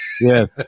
Yes